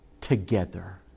together